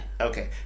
Okay